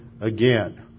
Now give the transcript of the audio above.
again